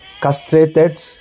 castrated